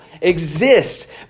exists